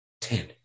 ten